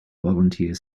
volunteer